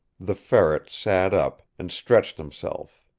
the ferret sat up, and stretched himself.